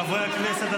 חברי הכנסת,